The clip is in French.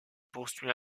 poursuit